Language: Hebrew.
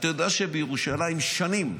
אתה יודע שבירושלים שנים,